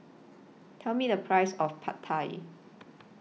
Tell Me The Price of Pad Thai